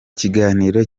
kiganiro